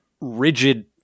rigid